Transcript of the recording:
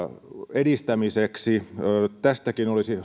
edistämiseksi tästäkin olisi